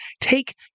take